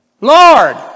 Lord